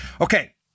Okay